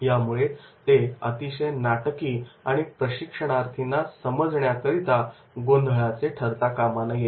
त्यामुळे ते अतिशय नाटकी आणि प्रशिक्षणार्थींना समजण्याकरता गोंधळाचे ठरता कामा नये